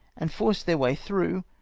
and forced their way through,